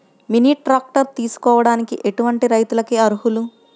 Mini tractor తీసుకోవడానికి ఎటువంటి రైతులకి అర్హులు?